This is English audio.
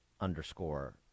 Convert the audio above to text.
underscore